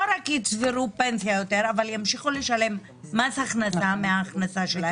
לא רק יצברו פנסיה יותר אלא ימשיכו לשלם מס הכנסה מההכנסה שלהם,